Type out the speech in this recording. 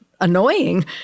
annoying